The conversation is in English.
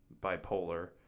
bipolar